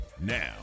Now